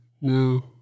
No